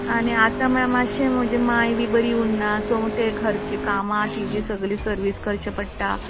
आनी आतां म्हणल्यार मात्शें म्हजे मांय बी बरी उरना सो तें घरची कामां तिगेली सगली सर्वीस करची पडटा